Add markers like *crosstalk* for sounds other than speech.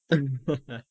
um *laughs*